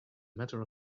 matter